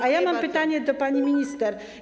A ja mam pytanie do pani minister.